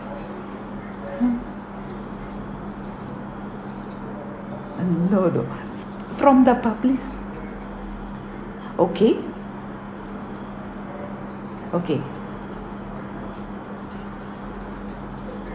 hmm mm no though from the publici~ okay okay